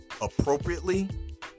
Appropriately